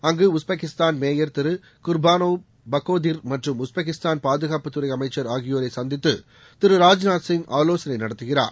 அங்கு Uzbekistan mayor Thiru Kurbanov Bakhodir மற்றம் Uzbekistan பாதுகாப்புத்துறை அமைச்சர் ஆகியோரை சந்தித்து திரு ராஜ்நாத் சிங் ஆலோசனை நடத்துகிறார்